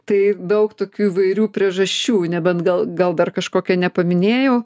tai daug tokių įvairių priežasčių nebent gal gal dar kažkokią nepaminėjau